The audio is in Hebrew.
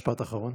משפט אחרון.